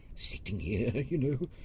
sitting here. you